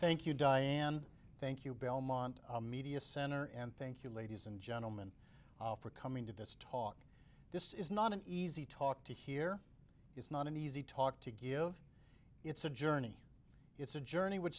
thank you diane thank you belmont media center and thank you ladies and gentlemen for coming to this talk this is not an easy talk to hear it's not an easy talk to give it's a journey it's a journey wh